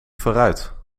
vooruit